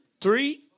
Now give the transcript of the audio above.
three